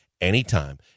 anytime